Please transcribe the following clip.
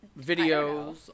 Videos